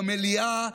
במליאה,